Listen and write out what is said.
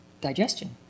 digestion